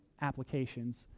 applications